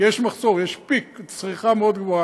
כי יש מחסור, יש peak של צריכה, מאוד גבוהה.